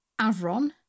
Avron